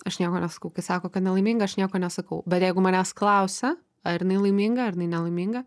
aš nieko nesakau kai sako kad nelaiminga aš nieko nesakau bet jeigu manęs klausia ar jinai laiminga ar jinai nelaiminga